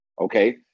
Okay